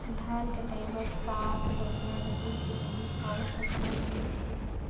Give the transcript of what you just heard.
धान कटाई बर साथ बढ़िया रही की नहीं अउ कतना मे मिलही?